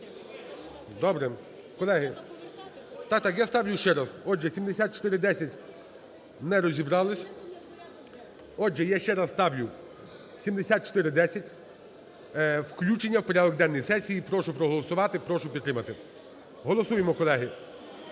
Добре. Колеги, так-так, я ставлю ще раз. Отже, 7410 – не розібрались. Отже, я ще раз ставлю 7410: включення в порядок денний сесії. Прошу проголосувати, прошу підтримати. Голосуємо, колеги.